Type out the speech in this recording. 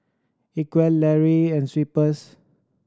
Equal Laurier and Schweppes